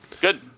Good